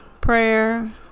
prayer